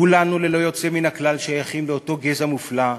כולנו, ללא יוצא מן הכלל, שייכים לאותו גזע מופלא,